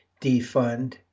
defund